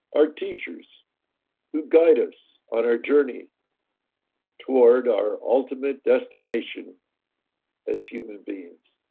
our teachers who guide us on our journey toward our ultimate destination as human beings.